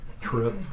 trip